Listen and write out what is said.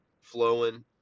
flowing